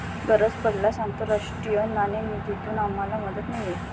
गरज पडल्यास आंतरराष्ट्रीय नाणेनिधीतून आम्हाला मदत मिळेल